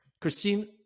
Christine